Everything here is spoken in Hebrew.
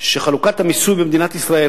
שחלוקת המיסוי במדינת ישראל,